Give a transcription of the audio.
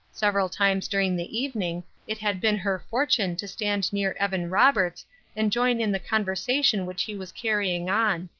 several times during the evening it had been her fortune to stand near evan roberts and join in the conversation which he was carrying on.